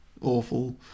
awful